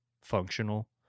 functional